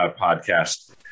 podcast